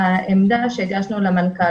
הנתונים שהגשנו למנכ"ל.